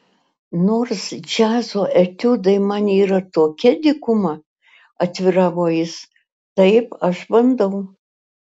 nors džiazo etiudai man yra tokia dykuma atviravo jis taip aš bandau